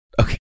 okay